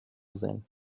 sehen